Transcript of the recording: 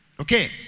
Okay